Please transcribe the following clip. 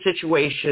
situation